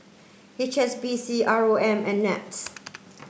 H S B C R O M and NETS